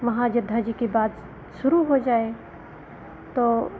वहाँ अयोध्या जी की बात शुरू हो जाए तो